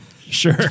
Sure